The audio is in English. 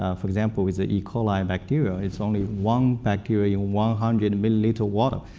ah for example, is that e coli and bacteria. it's only one bacteria in one hundred milliliter water.